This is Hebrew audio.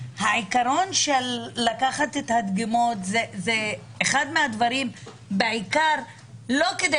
מינית ולנפגעות אונס בדרך כלל זמן